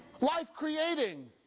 life-creating